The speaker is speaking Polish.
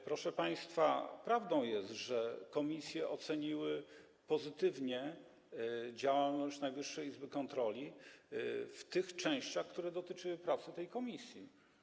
Proszę państwa, prawdą jest, że komisje oceniły pozytywnie działalność Najwyższej Izby Kontroli w tych częściach, które dotyczyły zakresu pracy tych komisji.